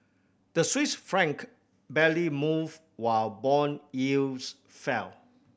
the Swiss franc barely moved while bond yields fell